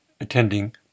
attending